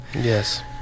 Yes